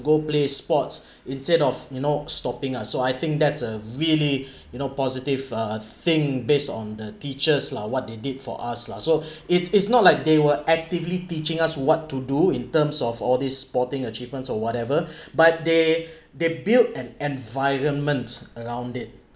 go play sports instead of you know stopping us so I think that's a really you know positive uh thing based on the teachers lah what they did for us lah so it's it's not like they were actively teaching us what to do in terms of all these sporting achievements or whatever but they they built an environment around it